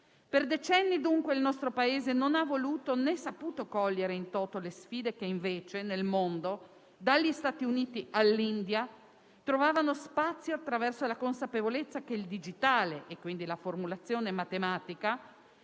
Per decenni, dunque, il nostro Paese non ha voluto né saputo cogliere *in toto* le sfide che invece nel mondo, dagli Stati Uniti all'India, trovavano spazio attraverso la consapevolezza che il digitale e quindi la formulazione matematica